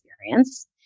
experience